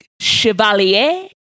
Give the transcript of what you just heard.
Chevalier